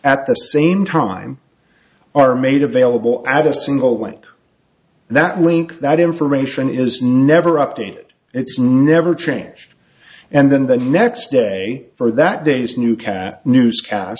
at the same time are made available at a single point that link that information is never updated it's never changed and then the next day for that day's new cat newscast